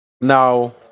now